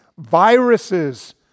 viruses